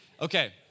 Okay